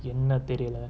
என்னதெரில:enna therila